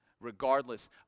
regardless